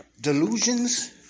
Delusions